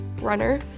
runner